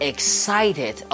Excited